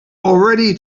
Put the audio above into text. already